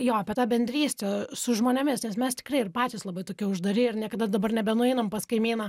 jo apie tą bendrystę su žmonėmis nes mes tikrai ir patys labai tokie uždari ir niekada dabar nebenueinam pas kaimyną